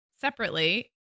separately